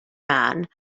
man